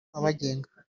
abagenga